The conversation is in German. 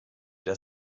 der